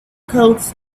courts